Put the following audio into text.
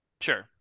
Sure